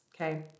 okay